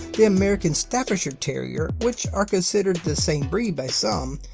the american staffordshire terrier which are considered the same breed by some,